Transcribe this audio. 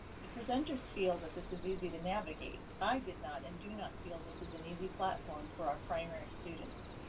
the presenters feel that this is easy to navigate. i did not and do not feel this is an easy platform for our primary students.